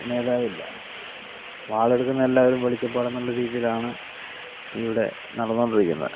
നേതാവില്ല വാളെടുക്കുന്ന എല്ലാവരും വെളിച്ചപ്പാടെന്നുള്ള രീതിയിലാണ് ഇവിടെ നടന്നുകൊണ്ടിരിക്കുന്നത്